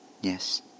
Yes